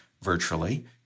virtually